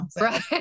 Right